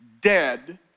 dead